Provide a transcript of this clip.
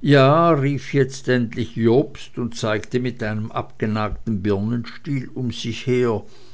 ja rief jetzt endlich jobst und zeigte mit einem abgenagten birnenstiel um sich her